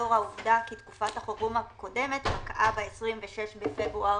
לאור העובדה כי תקופת החירום הקודמת פקעה ב-26 בפברואר,